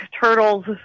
Turtles